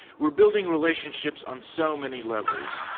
we're building relationships on so many levels.